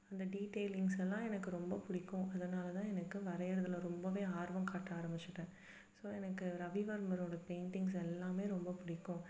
அந்த டீட்டெயிலிங்ஸ் எல்லாம் எனக்கு ரொம்ப பிடிக்கும் அதனால் தான் எனக்கு வரையிறதில் ரொம்பவே ஆர்வம் காட்ட ஆரம்பிச்சிட்டேன் ஸோ எனக்கு ரவி வர்மரோட பெயிண்ட்டிங்ஸ் எல்லாமே ரொம்ப பிடிக்கும்